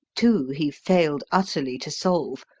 two, he failed utterly to solve,